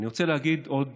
אני רוצה להגיד עוד